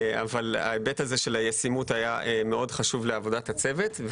ההיבט הזה של הישימות היה חשוב מאוד לעבודת הצוות.